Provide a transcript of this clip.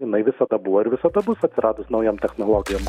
jinai visada buvo ir visada bus atsiradus naujom technologijom